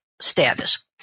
status